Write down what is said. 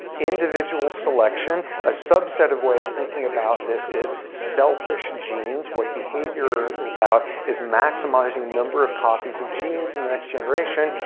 individual selection, a subset of way of thinking about this is selfish genes. what behavior is about is maximizing the number of copies of genes in the next generation.